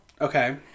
Okay